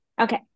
Okay